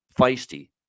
feisty